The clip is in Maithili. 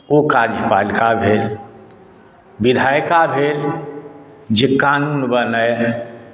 ओ कार्यपालिका भेल विधायिका भेल जे कानून बनए